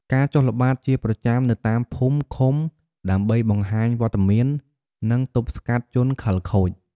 ការចុះល្បាតជាប្រចាំនៅតាមភូមិ ឃុំ ដើម្បីបង្ហាញវត្តមាន និងទប់ស្កាត់ជនខិលខូច។